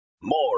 More